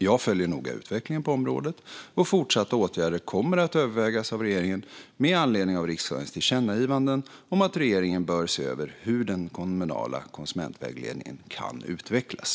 Jag följer noga utvecklingen på området, och fortsatta åtgärder kommer att övervägas av regeringen med anledning av riksdagens tillkännagivanden om att regeringen bör se över hur den kommunala konsumentvägledningen kan utvecklas.